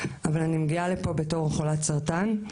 אבל אני מגיעה לפה בתור חולת סרטן.